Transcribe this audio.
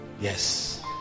yes